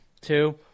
two